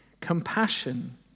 Compassion